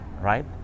right